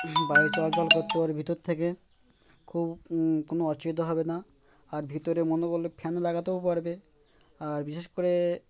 বাড়ি চলাচল করতে পর ভিতর থেকে খুব কোনো অসুবিধা হবে না আর ভিতরে মনে করলে ফ্যান লাগাতেও পারবে আর বিশেষ করে